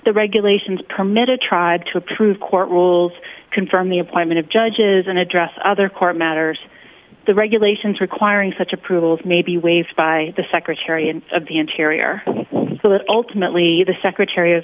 the regulations permitted tried to approve court rules confirm the appointment of judges and address other court matters the regulations requiring such approvals may be waived by the secretary and of the interior so that ultimately the secretary of